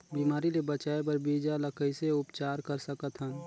बिमारी ले बचाय बर बीजा ल कइसे उपचार कर सकत हन?